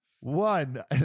One